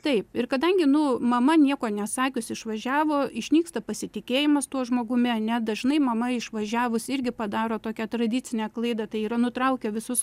taip ir kadangi nu mama nieko nesakiusi išvažiavo išnyksta pasitikėjimas tuo žmogumi ane dažnai mama išvažiavus irgi padaro tokią tradicinę klaidą tai yra nutraukia visus